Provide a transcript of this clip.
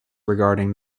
regarding